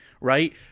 right